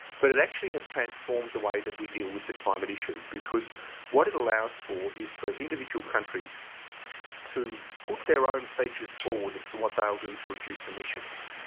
but, it actually has transformed the way that we deal with the climate issue because what it allows for is for individual countries to put their own pledges forward as to what they'll do to reduce emissions.